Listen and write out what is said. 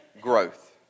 growth